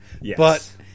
Yes